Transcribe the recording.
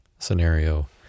scenario